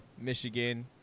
michigan